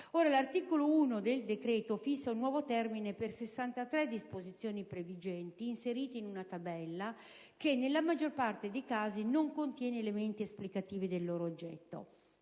l'articolo 1 del decreto fissa un nuovo termine per 63 disposizioni previgenti inserite in una tabella che, nella maggior parte di casi, non contiene elementi esplicativi del loro oggetto.